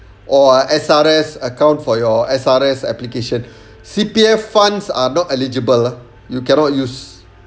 or ah S_R_S account for your S_R_S application C_P_F funds are not eligible ah you cannot use